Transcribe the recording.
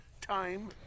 Time